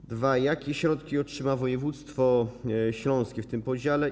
Po drugie, jakie środki otrzyma województwo śląskie w tym podziale?